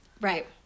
Right